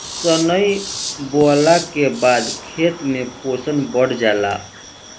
सनइ बोअला के बाद खेत में पोषण बढ़ जाला